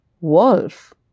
Wolf